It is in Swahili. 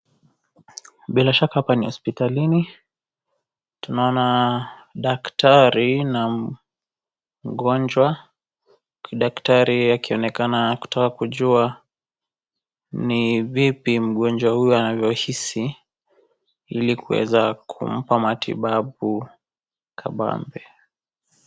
Bila shaka hapa ni hospitalini , tunaona daktari na m mgonjwa , daktari akionekana kutaka kujua ni vipi mgonjwa huyu anavyohisi , ili kuweza kumpa matibabu kabambe.